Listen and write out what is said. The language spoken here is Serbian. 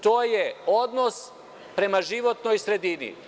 To je odnos prema životnoj sredini.